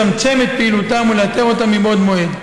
כדי לצמצם את פעילותם ולאתר אותם מבעוד מועד.